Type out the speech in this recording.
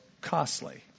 costly